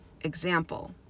example